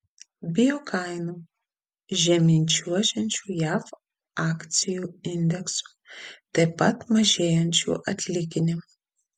bijo kainų žemyn čiuožiančių jav akcijų indeksų taip pat mažėjančių atlyginimų